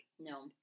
No